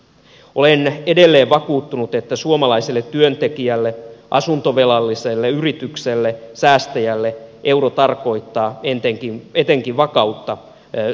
olen edelleen vakuuttunut että suomalaiselle työntekijälle asuntovelalliselle yritykselle säästäjälle euro tarkoittaa etenkin vakautta suunnitella tulevaisuutta